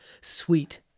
sweet